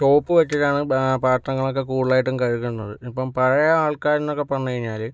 soap വച്ചിട്ടാണ് പാത്രങ്ങളൊക്കെ കൂടുതലായിട്ടും കഴുകുന്നത് ഇപ്പോൾ പഴയ ആൾക്കാർ എന്നൊക്കെ പറഞ്ഞ് കഴിഞ്ഞാൽ